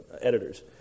editors